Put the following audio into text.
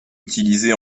utilisés